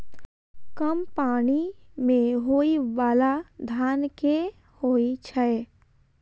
कम पानि मे होइ बाला धान केँ होइ छैय?